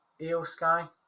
eosky